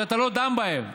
שאתה לא דן בהן.